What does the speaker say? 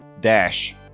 Dash